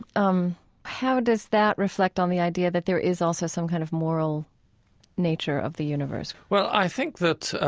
um how does that reflect on the idea that there is also some kind of moral nature of the universe? well, i think that